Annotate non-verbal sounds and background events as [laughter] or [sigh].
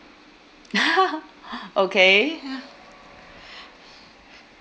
[laughs] okay [laughs]